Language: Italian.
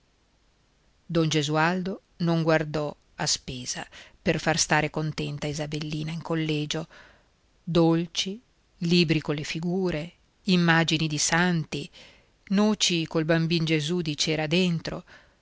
don gesualdo non guardò a spesa per far stare contenta isabellina in collegio dolci libri colle figure immagini di santi noci col bambino gesù di cera dentro